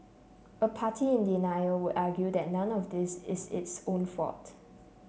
a party in denial would argue that none of this is its own fault